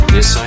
Yes